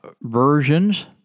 versions